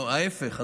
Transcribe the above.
להפך,